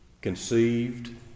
conceived